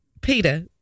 Peter